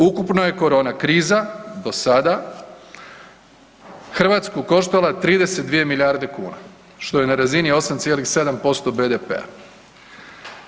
Ukupno je korona kriza do sada Hrvatsku koštala 32 milijarde kuna što je na razini 8,7% BDP-a.